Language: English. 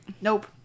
Nope